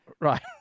Right